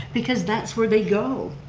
because that's where they go.